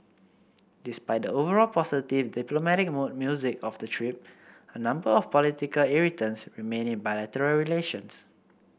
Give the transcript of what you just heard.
despite the overall positive diplomatic mood music of the trip a number of political irritants remain in bilateral relations